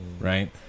right